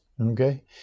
Okay